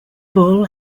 bull